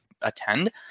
attend